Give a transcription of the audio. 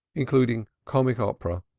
including comic opera,